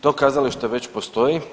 To kazalište već postoji.